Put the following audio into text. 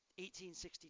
1860